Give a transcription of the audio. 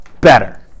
better